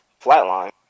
Flatline